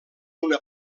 una